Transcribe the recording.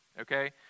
okay